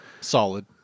Solid